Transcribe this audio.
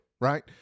right